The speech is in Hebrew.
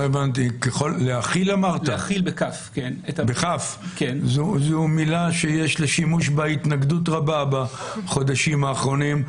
להכיל זו מילה שיש לשימוש בה התנגדות רבה בחודשים האחרונים.